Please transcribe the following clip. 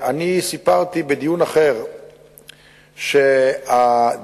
סיפרתי בדיון אחר שהדיקן